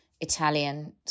Italian